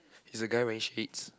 is the guy wearing shades